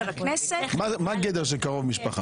הכנסת --- מה בגדר של "קרוב משפחה"?